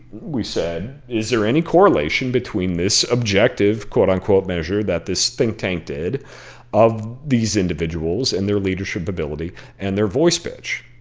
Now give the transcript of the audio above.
we said, is there any correlation between this objective, quote-unquote, measure that this think tank did of these individuals and their leadership ability and their voice pitch?